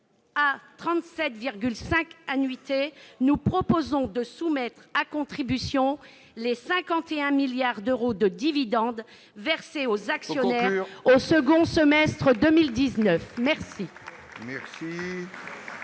à 37,5 annuités, nous proposons de soumettre à contribution les 51 milliards d'euros de dividendes versés aux actionnaires au second semestre 2019 !